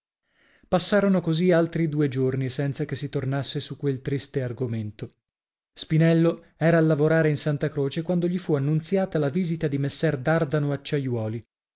passarono così altri due giorni senza che si tornasse su quel triste argomento spinello era a lavorare in santa croce quando gli fu annunziata la visita di messer dardano acciaiuoli